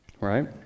right